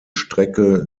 strecke